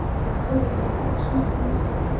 with all the affection of a mother,